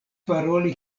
paroli